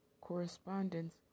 correspondence